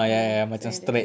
ah something like that